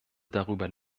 darüber